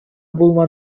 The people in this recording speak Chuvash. пулма